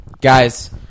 Guys